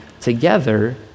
together